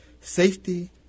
safety